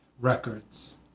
Records